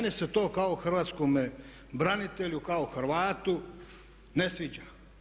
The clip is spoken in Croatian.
Meni se to kao hrvatskome branitelju, kao Hrvatu ne sviđa.